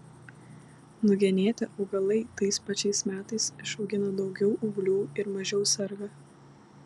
nugenėti augalai tais pačiais metais išaugina daugiau ūglių ir mažiau serga